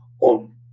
on